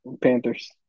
Panthers